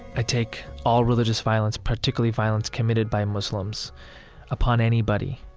i take all religious violence, particularly violence committed by muslims upon anybody,